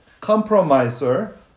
compromiser